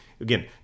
again